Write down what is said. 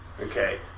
Okay